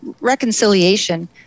reconciliation